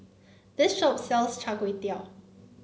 this shop sells Char Kway Teow